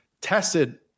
Tested